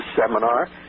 seminar